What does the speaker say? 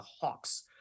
Hawks